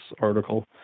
article